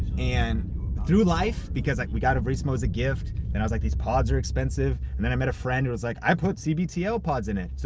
and through life, because like we got a verismo as a gift, and i was like these pods are expensive, and then i met a friend who was like, i put cbto pods in it. so